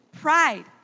Pride